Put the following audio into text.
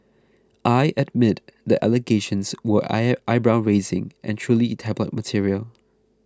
I admit the allegations were eye eyebrow raising and truly tabloid material